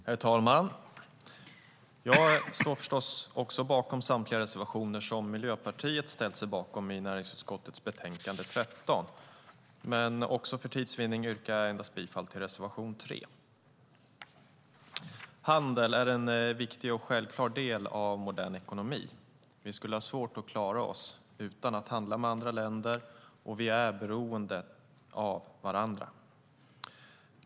Herr talman! Jag står förstås bakom samtliga reservationer som Miljöpartiet ställt sig bakom i näringsutskottets betänkande 13, men för tids vinnande yrkar jag endast bifall till reservation 3. Handeln är en viktig och självklar del av en modern ekonomi. Vi skulle ha svårt att klara oss utan att handla med andra länder, och vi är beroende av varandra.